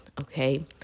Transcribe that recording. Okay